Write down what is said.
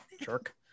jerk